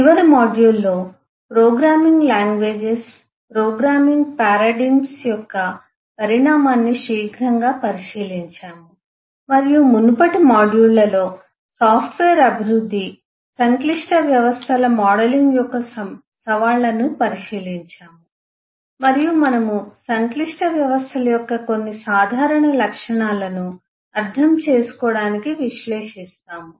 చివరి మాడ్యూల్లో programming languages programming paradigm యొక్క పరిణామాన్ని శీఘ్రంగా పరిశీలించాము మరియు మునుపటి మాడ్యూళ్ళలో సాఫ్ట్వేర్ అభివృద్ధి సంక్లిష్ట వ్యవస్థల మోడలింగ్ యొక్క సవాళ్లను పరిశీలించాము మరియు మనము సంక్లిష్ట వ్యవస్థల యొక్క కొన్ని సాధారణ లక్షణాలను అర్థం చేసుకోవడానికి విశ్లేషిస్తాము